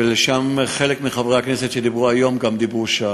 וחלק מחברי הכנסת שדיברו היום דיברו גם שם.